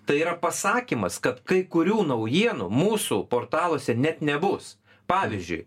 tai yra pasakymas kad kai kurių naujienų mūsų portaluose net nebus pavyzdžiui